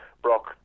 Brock